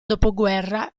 dopoguerra